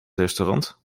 restaurant